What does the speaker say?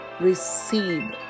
receive